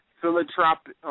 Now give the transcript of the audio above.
philanthropic